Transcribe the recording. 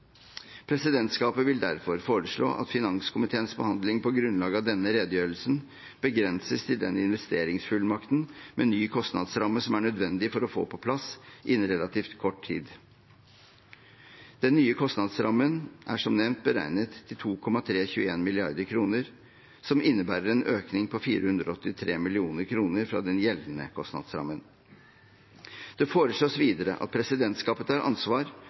Presidentskapet vil derfor foreslå at finanskomiteens behandling på grunnlag av denne redegjørelsen begrenses til den investeringsfullmakten med ny kostnadsramme som det er nødvendig å få på plass innen relativt kort tid. Den nye kostnadsrammen er som nevnt beregnet til 2,321 mrd. kr, som innebærer en økning på 483 mill. kr fra den gjeldende kostnadsrammen. Det foreslås videre at presidentskapet tar ansvar